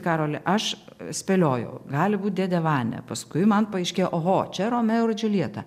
karoli aš spėliojau gali būt dėdė vania paskui man paaiškėjo oho čia romeo ir džiuljeta